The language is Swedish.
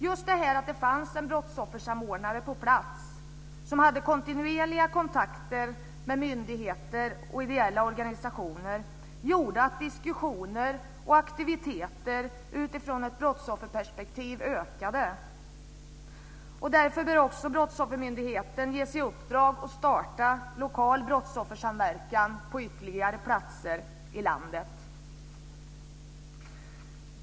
Just detta att det fanns en brottsoffersamordnare på plats, som hade kontinuerliga kontakter med myndigheter och ideella organisationer, gjorde att diskussioner och aktiviteter i ett brottsofferperspektiv ökade. Därför bör också Brottsoffermyndigheten ges i uppdrag att starta lokal brottsoffersamverkan på ytterligare platser i landet.